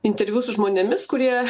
interviu su žmonėmis kurie